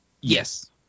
yes